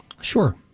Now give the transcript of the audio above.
Sure